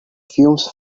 fumes